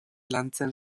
lantzen